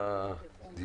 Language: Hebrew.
חבר הכנסת יעקב טסלר.